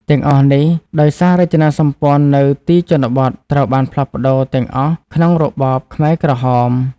ទាំងនេះដោយសាររចនាសម្ព័ន្ធនៅទីជនបទត្រូវបានផ្លាស់ប្តូរទាំងអស់ក្នុងរបបខ្មែរក្រហម។